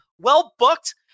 Well-booked